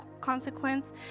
consequence